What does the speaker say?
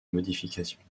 modifications